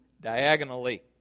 diagonally